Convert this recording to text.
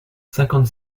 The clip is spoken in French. cinquante